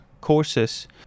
courses